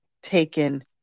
Taken